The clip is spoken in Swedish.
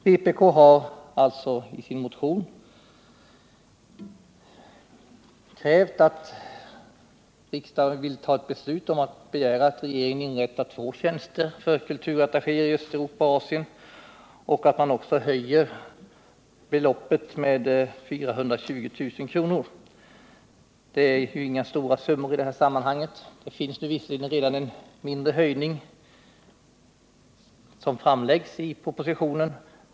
Vpk har alltså i sin motion krävt att riksdagen skall begära att regeringen inrättar två tjänster för kulturattachéer i Östeuropa och Asien och att man höjer anslaget med 420000 kr. Det är ju inga stora summor i detta sammanhang. En mindre höjning föreslås visserligen i propositionen.